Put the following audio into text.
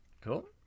cool